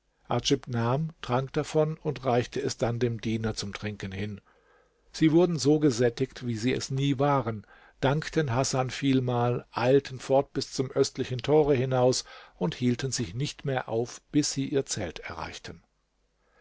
trank davon und reichte es dann dem diener zum trinken hin sie wurden so gesättigt wie sie es nie waren dankten hasan vielmal eilten fort bis zum östlichen tore hinaus und hielten sich nicht mehr auf bis sie ihr zelt erreichten